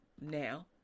now